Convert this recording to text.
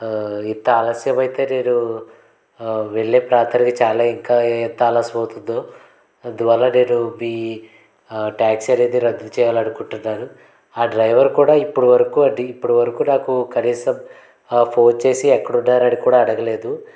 ఇంత ఆలస్యం అయితే నేను వెళ్లే ప్రాంతానికి చాలా ఇంకా ఎంత ఆలస్యం అవుతుందో అందువల్ల నేను మీ ట్యాక్సీ అనేది రద్దు చేయాలనుకుంటున్నాను ఆ డ్రైవర్ కూడా ఇప్పుడు వరకు అది ఇప్పటివరకు నాకు కనీసం ఫోన్ చేసి ఎక్కడ ఉన్నారని కూడా అడగలేదు